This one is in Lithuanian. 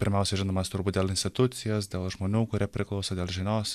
pirmiausia žinomas turbūt dėl institucijos dėl žmonių kurie priklauso dėl žinios